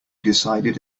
decided